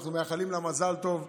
אנחנו מאחלים לה מזל טוב.